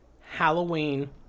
Halloween